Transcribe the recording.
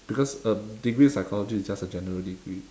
because um degree in psychology is just a general degree